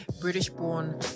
british-born